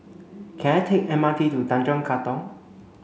can I take M R T to Tanjong Katong